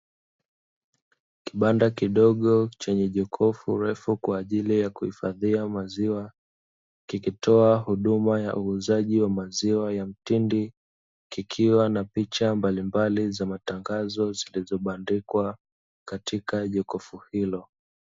Kibanda kidogo chenye jokofu refu kwa ajili ya kuhifadhia maziwa, kikitoa huduma ya uuzaji wa maziwa ya mtindi, kikiwa na picha mbalimbali za matangazo, zilizobandikwa katika jakofu hilo.